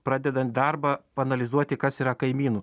pradedant darbą paanalizuoti kas yra kaimynų